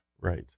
right